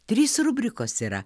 trys rubrikos yra